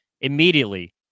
immediately